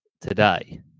today